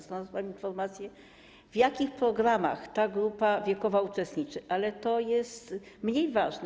Znalazłam informację, w jakich programach ta grup wiekowa uczestniczy, ale to jest mniej ważne.